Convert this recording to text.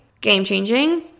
game-changing